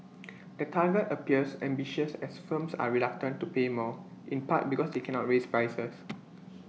the target appears ambitious as firms are reluctant to pay more in part because they cannot raise prices